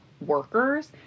workers